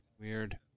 Weird